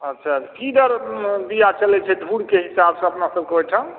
अच्छा की दर बीया चलै छै धूरके हिसाब से अपना सबके ओहि ठाम